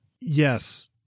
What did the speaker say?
Yes